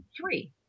three